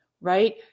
right